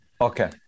Okay